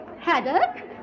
Haddock